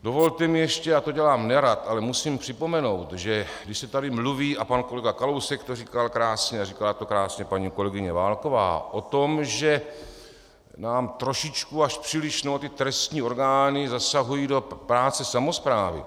Dovolte mi ještě, já to dělám nerad, ale musím připomenout, že když se tady mluví, a pan kolega Kalousek to říkal krásně a říkala to krásně paní kolegyně Válková, o tom, že nám trošku a příliš ty trestní orgány zasahují do práce samosprávy.